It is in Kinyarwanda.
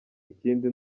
ikindi